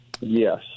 Yes